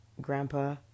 Grandpa